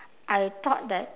I thought that